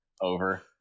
over